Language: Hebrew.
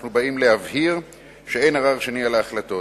אנחנו באים להבהיר שאין ערר שני על ההחלטות.